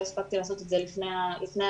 לא הספקתי לעשות את זה לפני הדיון,